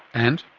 and?